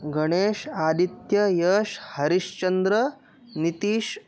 Ganesh Aditya Yash Harishchandra Nitish